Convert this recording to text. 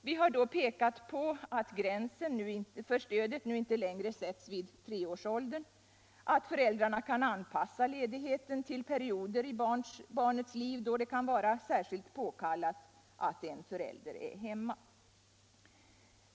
Vi har då pekat på att gränsen för stödet nu inte sätts vid treårsåldern och att föräldrarna kan anpassa ledigheten till perioder i barnets liv då det kan vara särskilt påkallat att en förälder är hemma.